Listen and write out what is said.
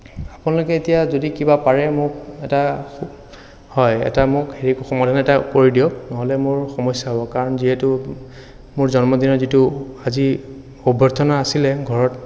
আপোনালোকে এতিয়া যদি কিবা পাৰে মোক এটা হয় এটা মোক সমাধান এটা কৰি দিয়ক নহ'লে মোৰ সমস্যা হ'ব কাৰণ যিহেতু মোৰ জন্মদিনত যিটো আজি অভ্যৰ্থনা আছিলে ঘৰত